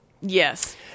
Yes